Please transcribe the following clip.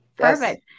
perfect